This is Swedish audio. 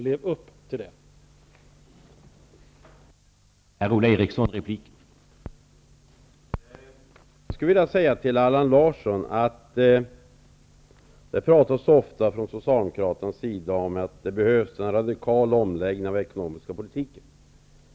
Lev upp till det ansvaret!